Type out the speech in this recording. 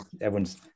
everyone's